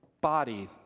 body